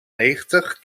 negentig